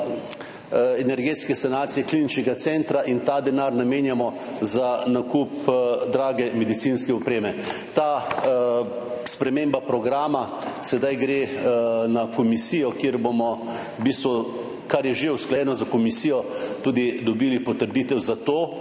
energetske sanacije Kliničnega centra, ta denar namenjamo za nakup drage medicinske opreme. Ta sprememba programa gre zdaj na komisijo, kjer bomo v bistvu, kar je že usklajeno s komisijo, tudi dobili potrditev za to,